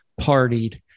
partied